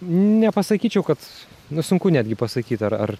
nepasakyčiau kad nu sunku netgi pasakyt ar ar